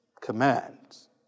commands